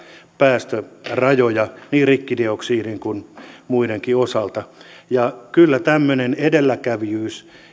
päästörajoja niin rikkidioksidin kuin muidenkin osalta kyllä tämmöinen edelläkävijyyden